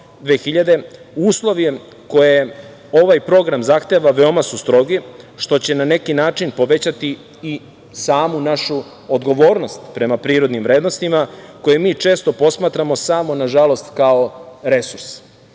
2000“, uslove koje ovaj program zahteva veoma su strogi što će na neki način povećati i samu našu odgovornost prema prirodnim vrednostima, koje mi često posmatramo samo nažalost, kao resurs. Moramo